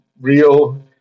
real